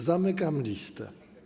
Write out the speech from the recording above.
Zamykam listę.